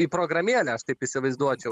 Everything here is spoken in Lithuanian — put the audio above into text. į programėlę aš taip įsivaizduočiau